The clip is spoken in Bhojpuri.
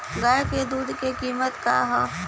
गाय क दूध क कीमत का हैं?